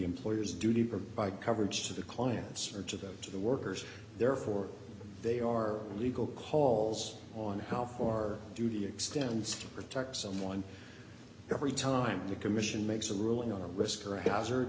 employers do deeper buy coverage to the clients or to them to the workers therefore they are legal calls on how far do the extends from protect someone every time the commission makes a ruling on a risk or hazard